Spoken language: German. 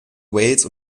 wales